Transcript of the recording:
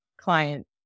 client